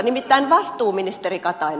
nimittäin vastuu ministeri katainen